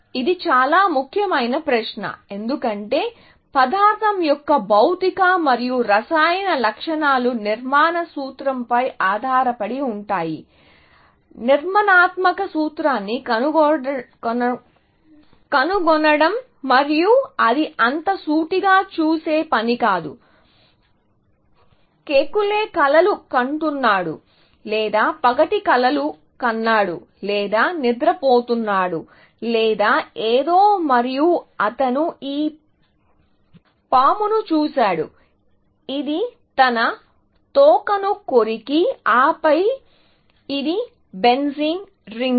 ఇది చాలా ముఖ్యమైన ప్రశ్న ఎందుకంటే పదార్ధం యొక్క భౌతిక మరియు రసాయన లక్షణాలు నిర్మాణ సూత్రంపై ఆధారపడి ఉంటాయి నిర్మాణాత్మక సూత్రాన్ని కనుగొనడం మరియు అది అంత సూటిగా చేసే పని కాదు కెకులే కలలు కంటున్నాడు లేదా పగటి కలలు కన్నాడు లేదా నిద్రపోతున్నాడు లేదా ఏదో మరియు అతను ఈ పామును చూశాడు ఇది తన తోకను కొరికి ఆపై అది బెంజీన్ రింగ్